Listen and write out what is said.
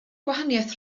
gwahaniaeth